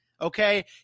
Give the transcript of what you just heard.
Okay